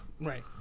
Right